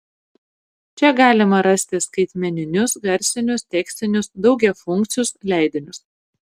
čia galima rasti skaitmeninius garsinius tekstinius daugiafunkcius leidinius